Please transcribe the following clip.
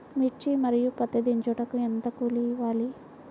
మిర్చి మరియు పత్తి దించుటకు ఎంత కూలి ఇవ్వాలి?